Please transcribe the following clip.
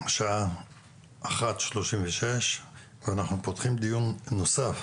השעה 13:36 ואנחנו פותחים דיון נוסף